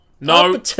no